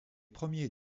premiers